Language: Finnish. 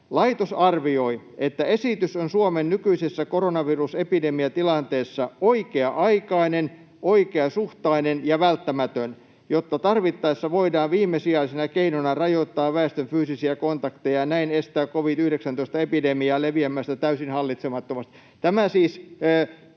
”Laitos arvioi, että esitys on Suomen nykyisessä koronavirusepidemiatilanteessa oikea-aikainen, oikeasuhtainen ja välttämätön, jotta tarvittaessa voidaan viimesijaisena keinona rajoittaa väestön fyysisiä kontakteja ja näin estää covid-19-epidemiaa leviämästä täysin hallitsemattomasti.” Tämä on siis